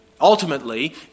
Ultimately